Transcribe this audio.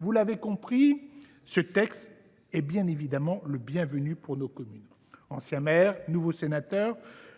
Vous l’aurez compris, ce texte est bienvenu pour nos communes. Ancien maire et nouveau sénateur,